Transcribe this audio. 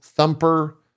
Thumper